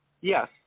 Yes